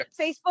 Facebook